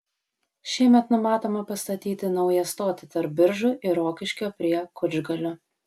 šiemet numatoma pastatyti naują stotį tarp biržų ir rokiškio prie kučgalio